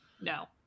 No